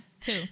two